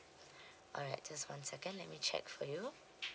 alright just one second let me check for you